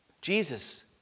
Jesus